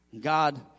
God